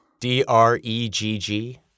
D-R-E-G-G